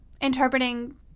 interpreting